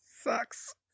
sucks